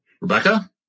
Rebecca